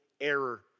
error